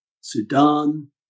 Sudan